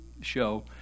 show